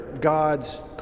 God's